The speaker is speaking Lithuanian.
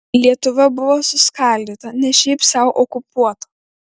lietuva buvo suskaldyta ne šiaip sau okupuota